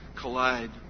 collide